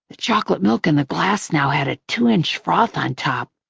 the chocolate milk in the glass now had a two-inch froth on top.